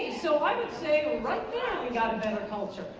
so i would say, yeah we got a better culture.